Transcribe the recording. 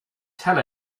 tell